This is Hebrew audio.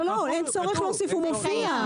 לא, אין צורך להוסיף, הוא מופיע.